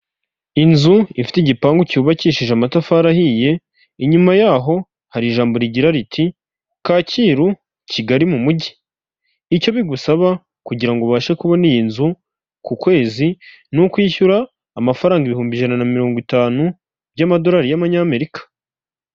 Inzu ifite igipangu cyubakishije amatafari ahiye, inyuma yaho hari ijambo rigira riti Kacyiru Kigali mu mujyi. Icyo bigusaba kugira ngo ubashe kubona iyi nzu ku kwezi, ni ukwishyura amafaranga ibihumbi ijana na mirongo itanu by'amadorari ya Amerika.